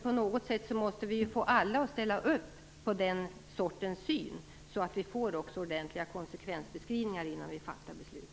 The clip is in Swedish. På något sätt måste vi få alla att ställa upp på den synen, så att vi får ordentliga konsekvensbeskrivningar innan vi fattar beslut.